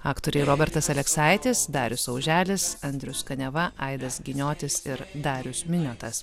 aktoriai robertas aleksaitis darius auželis andrius kaniava aidas giniotis ir darius miniotas